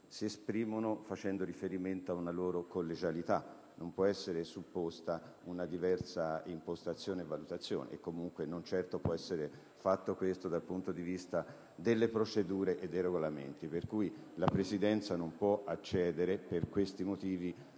si esprimono facendo riferimento ad una loro collegialità; non può essere supposta una diversa impostazione o valutazione e comunque non può essere fatto dal punto di vista delle procedure e dei Regolamenti. Per tali motivi, la Presidenza non può accedere alle richieste